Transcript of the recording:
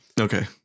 Okay